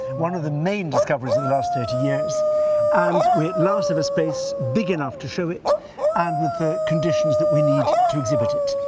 one of the main discoveries in the last thirty years and we at last of a space big enough to show it and with the conditions that we need to exhibit it.